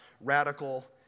radical